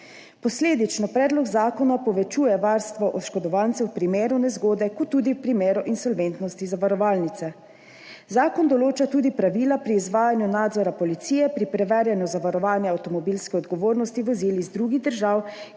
Posledično predlog zakona povečuje varstvo oškodovancev v primeru nezgode kot tudi v primeru insolventnosti zavarovalnice. Zakon določa tudi pravila pri izvajanju nadzora policije pri preverjanju zavarovanja avtomobilske odgovornosti vozil iz drugih držav,